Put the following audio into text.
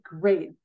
great